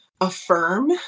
affirm